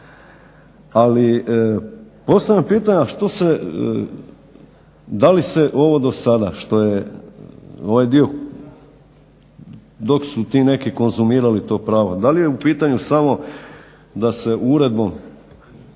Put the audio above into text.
Ali postavljam pitanje a što se, da li se ovo do sada što je ovaj dio dok su ti neki konzumirali to pravo da li je u pitanju samo da se uredbom